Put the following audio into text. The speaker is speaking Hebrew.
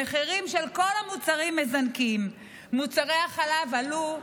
המחירים של כל המוצרים מזנקים: מוצרי החלב עלו,